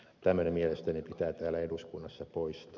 tämmöinen mielestäni pitää täällä eduskunnassa poistaa